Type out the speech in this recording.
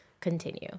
continue